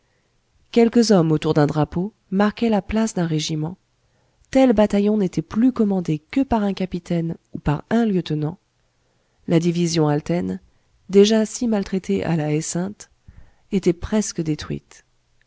quelques hommes autour d'un drapeau marquaient la place d'un régiment tel bataillon n'était plus commandé que par un capitaine ou par un lieutenant la division alten déjà si maltraitée à la haie sainte était presque détruite